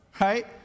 right